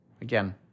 again